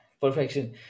perfection